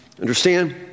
Understand